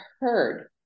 heard